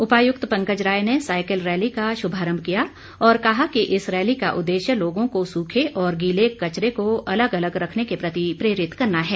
उपायुक्त पंकज राय ने cycle rally का शुभारंभ किया और कहा कि इस रैली का उद्देश्य लोगों को सूखे और गीले कचरे को अलग अलग रखने के प्रति प्रेरित करना है